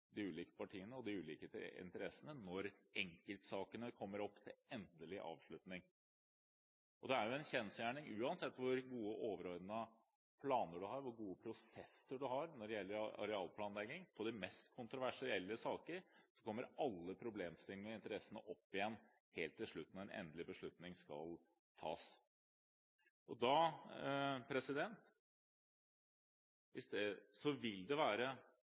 de ulike partiene og de ulike interessene når enkeltsakene kommer opp til endelig avslutning. Og det er jo en kjensgjerning – uansett hvor gode overordnede planer og prosesser en har når det gjelder arealplanlegging – at i de mest kontroversielle sakene kommer alle problemstillingene og interessene opp igjen helt til slutt, når en endelig beslutning skal tas. Da vil det være